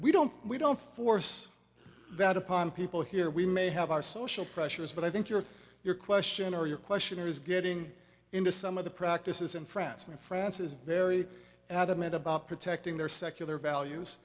we don't we don't force that upon people here we may have our social pressures but i think your your question or your question is getting into some of the practices in france and france is very adamant about protecting their secular values